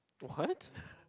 what